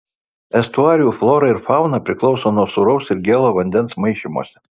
estuarijų flora ir fauna priklauso nuo sūraus ir gėlo vandens maišymosi